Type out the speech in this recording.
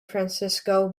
francisco